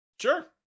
Sure